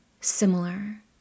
similar